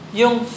yung